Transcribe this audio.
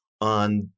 on